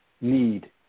need